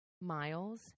miles